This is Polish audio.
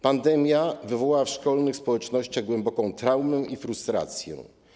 Pandemia wywołała w szkolnych społecznościach głęboką traumę i frustrację.